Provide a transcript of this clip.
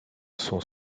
sont